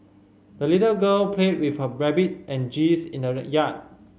the little girl played with her rabbit and geese in the yard